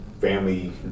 family